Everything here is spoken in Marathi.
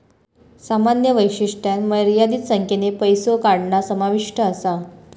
सामान्य वैशिष्ट्यांत मर्यादित संख्येन पैसो काढणा समाविष्ट असा